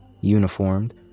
uniformed